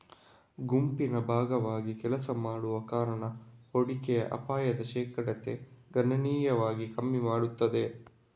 ಗುಂಪಿನ ಭಾಗವಾಗಿ ಕೆಲಸ ಮಾಡುವ ಕಾರಣ ಹೂಡಿಕೆಯ ಅಪಾಯದ ಶೇಕಡತೆ ಗಣನೀಯವಾಗಿ ಕಮ್ಮಿ ಮಾಡ್ತದೆ